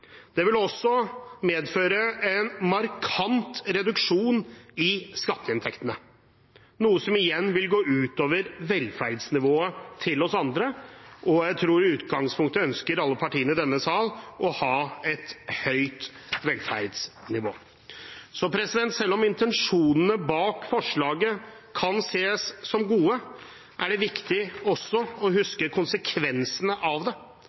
også medføre en markant reduksjon i skatteinntektene, noe som igjen vil gå ut over velferdsnivået til oss andre. Jeg tror i utgangspunktet at alle partiene i denne sal ønsker å ha et høyt velferdsnivå. Selv om intensjonene bak forslaget kan ses som gode, er det viktig å huske konsekvensene av det.